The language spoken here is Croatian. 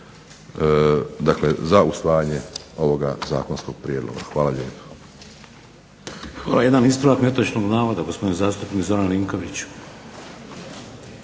dakle za usvajanje ovoga zakonskog prijedloga. Hvala lijepo. **Šeks, Vladimir (HDZ)** Hvala. Jedan ispravak netočnog navoda gospodin zastupnik Zoran Vinković.